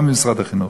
לא ממשרד החינוך.